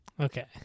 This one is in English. Okay